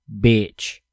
bitch